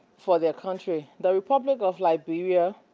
for their country. the republic of liberia